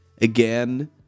again